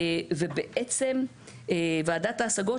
ובעצם ועדת ההשגות,